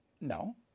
No